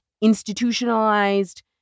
institutionalized